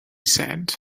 said